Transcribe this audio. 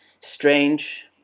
strange